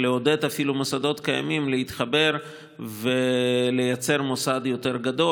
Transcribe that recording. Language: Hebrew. אפילו לעודד מוסדות קיימים להתחבר ולייצר מוסד יותר גדול,